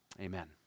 amen